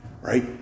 right